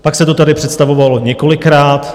Pak se to tady představovalo několikrát.